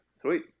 Sweet